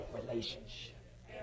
relationship